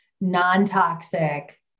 non-toxic